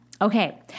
Okay